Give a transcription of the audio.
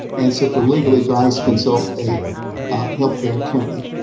and so for legal advice consult a healthcare attorney.